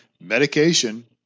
medication